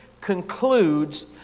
concludes